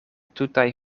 tutaj